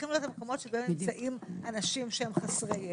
להיות במקומות בהם נמצאים אנשים חסרי ישע.